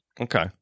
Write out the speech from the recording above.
okay